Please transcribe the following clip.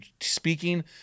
speaking